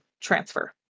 transfer